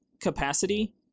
capacity